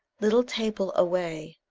little table, away!